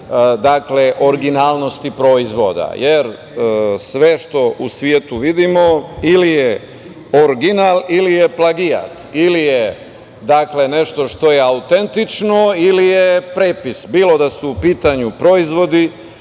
posvete originalnosti proizvoda, jer sve što u svetu vidimo ili je original ili je plagijat, ili je nešto što je autentično ili je prepis, bilo da su u pitanju proizvodi,